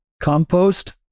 compost